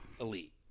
elite